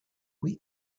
qui